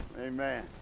Amen